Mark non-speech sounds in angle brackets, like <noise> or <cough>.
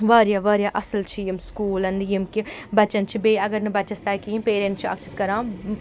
واریاہ واریاہ اَصٕل چھِ یِم سکوٗل یِم کہِ بَچَن چھِ بیٚیہِ اگر نہٕ بَچَس تَگہِ کِہیٖنۍ یِم <unintelligible> چھِ اکھ چیٖز کَران